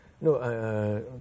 No